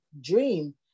dream